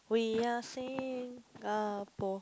we are Singapore